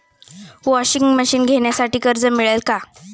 Washing machine घेण्यासाठी कर्ज मिळेल का?